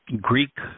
Greek